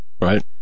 Right